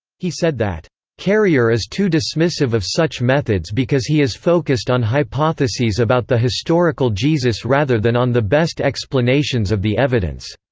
he said that carrier is too dismissive of such methods because he is focused on hypotheses about the historical jesus rather than on the best explanations of the evidence